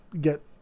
get